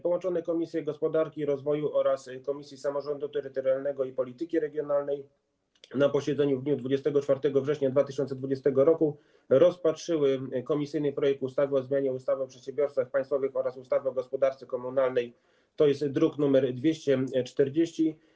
Połączone komisje, Komisja Gospodarki i Rozwoju oraz Komisja Samorządu Terytorialnego i Polityki Regionalnej, na posiedzeniu w dniu 24 września 2020 r. rozpatrzyły komisyjny projekt ustawy o zmianie ustawy o przedsiębiorstwach państwowych oraz ustawy o gospodarce komunalnej, druk nr 240.